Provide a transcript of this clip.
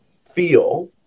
feel